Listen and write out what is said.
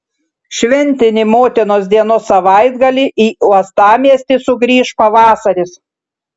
šventinį motinos dienos savaitgalį į uostamiestį sugrįš pavasaris